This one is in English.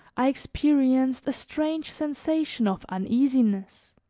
i experienced a strange sensation of uneasiness